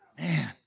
Man